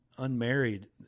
unmarried